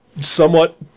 somewhat